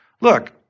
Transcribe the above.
Look